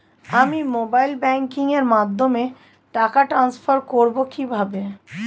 আমি mobile banking এর মাধ্যমে টাকা টান্সফার করব কিভাবে?